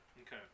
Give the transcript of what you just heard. Okay